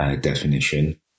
definition